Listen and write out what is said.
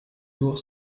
tour